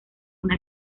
una